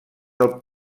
del